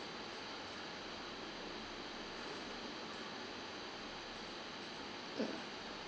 mm